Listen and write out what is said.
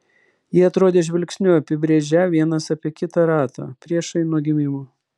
jie atrodė žvilgsniu apibrėžią vienas apie kitą ratą priešai nuo gimimo